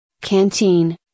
Canteen